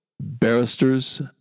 Barristers